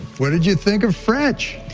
what did you think of fretch?